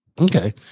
Okay